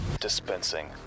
dispensing